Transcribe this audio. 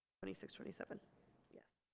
twenty six twenty seven yeah